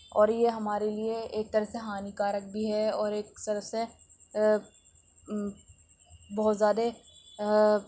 اور یہ ہمارے لئے ایک طرح سے ہانی کارک بھی ہے اور ایک طرح سے بہت زیادہ